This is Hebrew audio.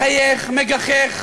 מחייך, מגחך,